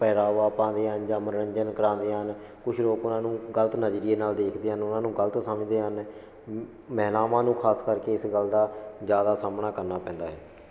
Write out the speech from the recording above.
ਪਹਿਰਾਵਾ ਪਾਉਂਦੇ ਹਨ ਜਾਂ ਮਨੋਰੰਜਨ ਕਰਾਉਂਦੇ ਹਨ ਕੁਝ ਲੋਕ ਉਹਨਾਂ ਨੂੰ ਗ਼ਲਤ ਨਜ਼ਰੀਏ ਨਾਲ਼ ਦੇੇਖਦੇ ਹਨ ਉਹਨਾਂ ਨੂੰ ਗ਼ਲਤ ਸਮਝਦੇ ਹਨ ਮਹਿਲਾਵਾਂ ਨੂੰ ਖਾਸ ਕਰਕੇ ਇਸ ਗੱਲ ਦਾ ਜ਼ਿਆਦਾ ਸਾਹਮਣਾ ਕਰਨਾ ਪੈਂਦਾ ਹੈ